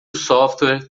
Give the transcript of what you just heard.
software